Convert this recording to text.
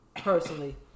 personally